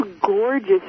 gorgeous